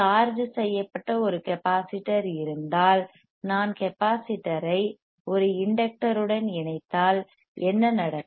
charge செய்யப்பட்ட ஒரு capacitor இருந்தால் நான் கெப்பாசிட்டர் ஐ ஒரு இண்டக்டர் உடன் இணைத்தால் என்ன நடக்கும்